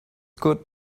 good